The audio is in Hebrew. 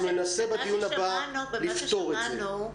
ננסה בדיון הבא לפתור את זה.